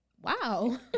Wow